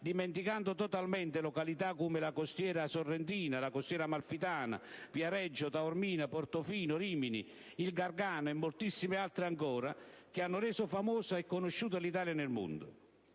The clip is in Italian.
dimenticando totalmente località come la costiera Sorrentina, la costiera Amalfitana, Viareggio, Taormina, Portofino, Rimini, il Gargano e moltissime altre ancora, che hanno reso famosa e conosciuta l'Italia nel mondo.